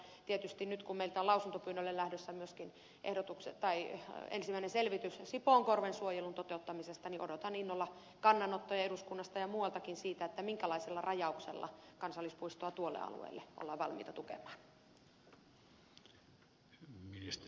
tietysti nyt kun meiltä on lausuntopyynnölle lähdössä myöskin ensimmäinen selvitys sipoonkorven suojelun toteuttamisesta niin odotan innolla kannanottoja eduskunnasta ja muualtakin siitä minkälaisella rajauksella kansallispuistoa tuolle alueelle ollaan valmiita tukemaan